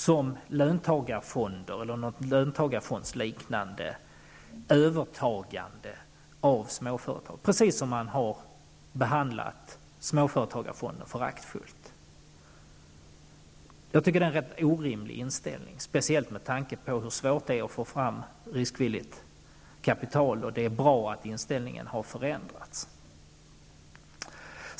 Man såg verksamheten som ett löntagarfondsliknande övertagande av småföretag. Likaså har man behandlat Småföretagsfonden på ett föraktfullt sätt. Jag tycker att denna inställning är rätt orimlig, speciellt med tanke på hur svårt det är att få fram riskvilligt kapital. Mot den bakgrunden är det bra att man nu har en annan inställning.